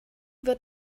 wird